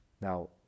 Now